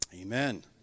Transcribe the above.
Amen